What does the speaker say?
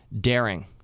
daring